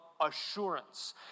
assurance